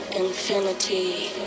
infinity